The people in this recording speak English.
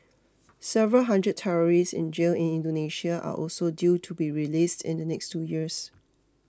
several hundred terrorists in jail in Indonesia are also due to be released in the next two years